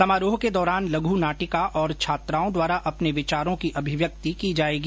समारोह के दौरान लघु नाटिका और छात्राओं द्वारा अपने विचारों की अभिव्यक्ति की जायेगी